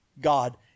God